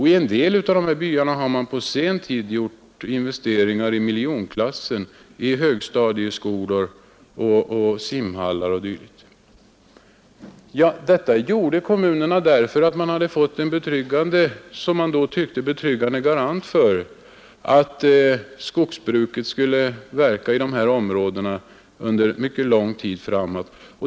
I en del av byarna har man i sen tid gjort investeringar i miljonklassen i högstadieskolor, simhallar o. d. Detta gjorde kommunerna därför att de hade fått en, som det tycktes, betryggande garanti för att skogsbruket skulle bedrivas i de här områdena under mycket lång tid framåt.